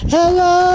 Hello